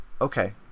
Okay